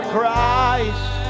Christ